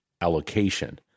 allocation